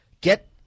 get